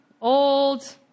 old